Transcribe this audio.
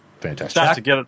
fantastic